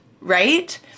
right